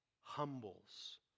humbles